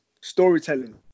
storytelling